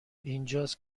اینجاست